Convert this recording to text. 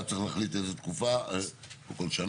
חשוב להגיד שיש לנו פסיקות של וועדות ערר שאומרות בפירוש שזה לא שטח.